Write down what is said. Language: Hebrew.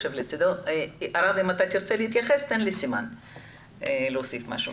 אם אתה רוצה להתייחס ולהוסיף משהו תאמר לי.